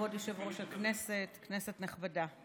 כבוד יושב-ראש הישיבה, כנסת נכבדה,